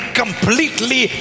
completely